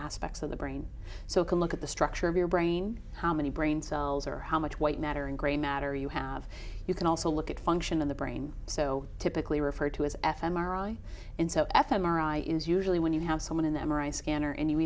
aspects of the brain so if you look at the structure of your brain how many brain cells or how much white matter and gray matter you have you can also look at function of the brain so typically referred to as f m r i and so f m r i is usually when you have someone in the m r i scanner and you